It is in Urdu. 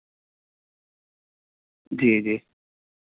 جی جی